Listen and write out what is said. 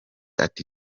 ati